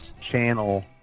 channel